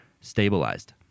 stabilized